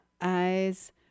eyes